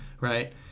right